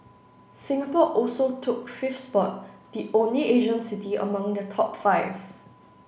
Singapore also took fifth spot the only Asian city among the top five